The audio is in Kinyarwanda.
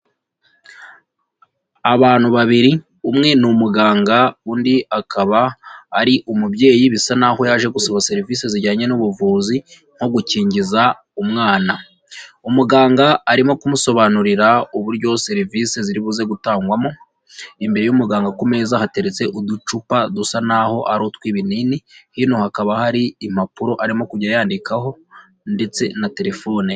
Abantu babiri umwe ni umuganga undi akaba ari umubyeyi bisa n'aho yaje gu gusaba serivisi zijyanye n'ubuvuzi nko gukingiza umwana, umuganga arimo kumusobanurira uburyo serivisi ziribuze gutangwamo, imbere y'umuganga ku meza hateretse uducupa dusa naho ari utw'ibinini hino hakaba hari impapuro arimo kugenda yandikaho ndetse na telefone.